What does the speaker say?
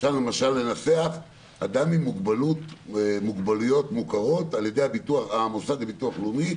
אפשר לנסח "אדם עם מוגבלויות מוכרות על ידי המוסד לביטוח לאומי,